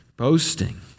Boasting